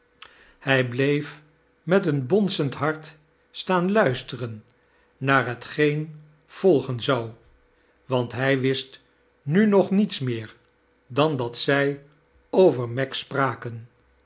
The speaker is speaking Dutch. hij bjeef met een bonzend hart staaa luistetren naar hetgeen volgen zou want hij wist nu nog niets meer dan dat zij over meg spraken